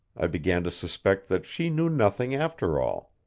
i began to suspect that she knew nothing after all.